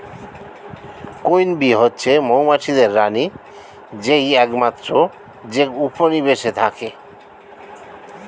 queen bee হচ্ছে মৌমাছিদের রানী যেই একমাত্র যে উপনিবেশে থাকে